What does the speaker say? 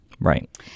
right